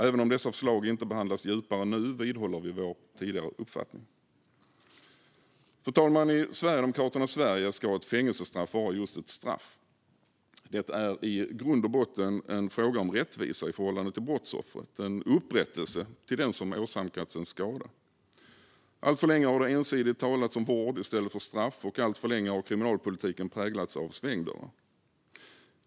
Även om dessa förslag inte behandlas djupare nu vidhåller vi vår tidigare uppfattning. Fru talman! I Sverigedemokraternas Sverige ska ett fängelsestraff vara just ett straff. Det är i grund och botten en fråga om rättvisa i förhållande till brottsoffret, om upprättelse för den som åsamkats en skada. Alltför länge har det ensidigt talats om vård i stället för straff, och alltför länge har kriminalpolitiken präglats av svängdörrar.